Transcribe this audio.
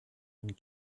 and